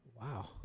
Wow